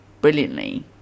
brilliantly